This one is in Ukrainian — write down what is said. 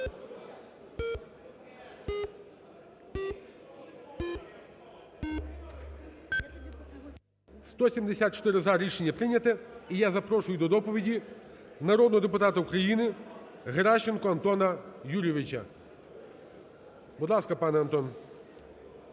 За-174 Рішення прийнято. І я запрошую до доповіді народного депутата України Геращенко Антона Юрійовича. Будь ласка, пане Антон.